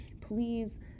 please